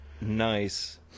nice